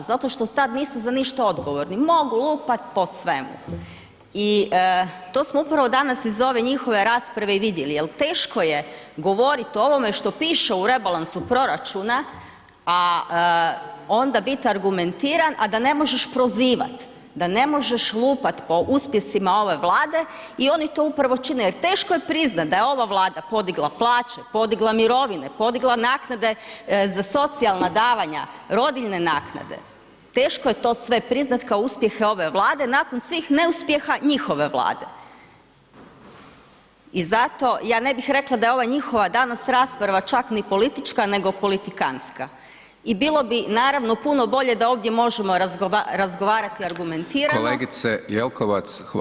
Zato što tad nisu za ništa odgovorni, mogu lupat po svemu i to smo upravo danas iz ove njihove rasprave i vidjeli jel teško je govorit o ovome što piše u rebalansu proračuna, a onda bit argumentiran, a da ne možeš prozivat, da ne možeš lupat po uspjesima ove Vlade i oni to upravo čine jer teško je priznat da je ova Vlada podigla plaće, podigla mirovine, podigla naknade za socijalna davanja, rodiljne naknade, teško je to sve priznat kao uspjehe ove Vlade nakon svih neuspjeha njihove Vlade i zato ja ne bih rekla da je ova njihova danas rasprava čak ni politička nego politikanska i bilo bi naravno puno bolje da ovdje možemo razgovarati argumentirano [[Upadica: Kolegice Jelkovac hvala]] Hvala.